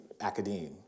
academe